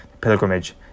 pilgrimage